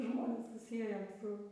žmonės sieja su